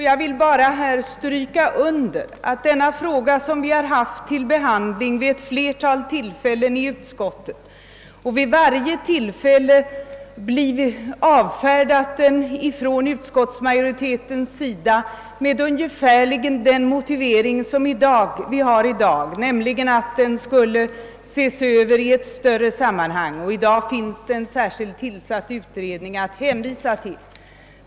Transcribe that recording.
Jag vill bara understryka att denna fråga, som vid flera tillfällen behandlats i utskottet, varje gång har avfärdats av utskottsmajoriteten med ungefär samma motivering som åberopas i dag, nämligen att den skulle ses över i ett större sammanhang. I dag finns det en särskilt tillsatt utredning att hänvisa till.